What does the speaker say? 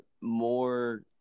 more